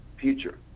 future